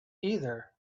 either